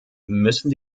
müssen